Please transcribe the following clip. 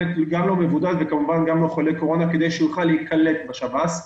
לא מבודד וכמובן גם לא חולה קורונה כדי שהוא יוכל להיקלט בשב"ס.